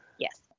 Yes